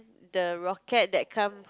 the rocket that come